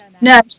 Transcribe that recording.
no